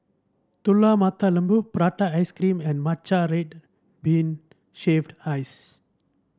Telur Mata Lembu Prata Ice Cream and Matcha Red Bean Shaved Ice